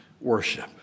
worship